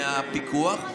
מהפיקוח,